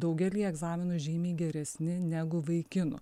daugelyje egzaminų žymiai geresni negu vaikinų